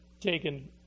taken